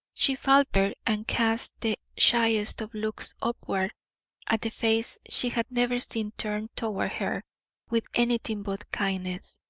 she faltered and cast the shyest of looks upward at the face she had never seen turned toward her with anything but kindness.